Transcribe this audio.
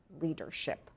leadership